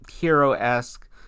hero-esque